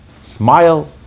Smile